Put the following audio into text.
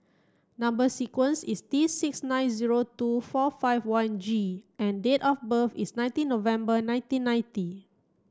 number sequence is T six nine zero two four five one G and date of birth is nineteen November nineteen ninety